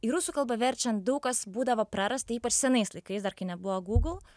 į rusų kalbą verčiant daug kas būdavo prarasta ypač senais laikais dar nebuvo google